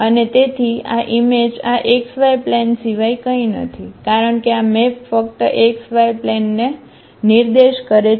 અને તેથી આ ઈમેજ આ XY પ્લેન સિવાય કંઈ નથી કારણ કે આ મેપ ફક્ત xy પ્લેનને નિર્દેશ કરે છે